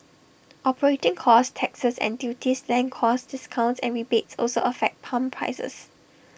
operating costs taxes and duties land costs discounts and rebates also affect pump prices